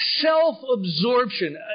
self-absorption